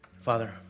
Father